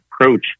approach